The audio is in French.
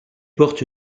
porte